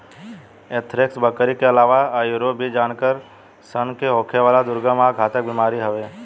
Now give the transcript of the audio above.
anthrax, बकरी के आलावा आयूरो भी जानवर सन के होखेवाला दुर्गम आ घातक बीमारी हवे